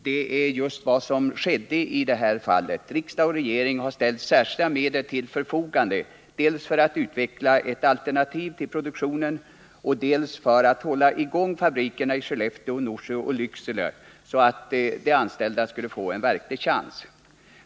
Det är just vad som skedde i det här fallet. Riksdag och regering har ställt särskilda medel till förfogande dels för att utveckla ett alternativ till produktionen, dels för att hålla i gång fabrikerna i Skellefteå, Norsjö och Lycksele, så att de anställda skulle få en verklig chans.